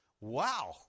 Wow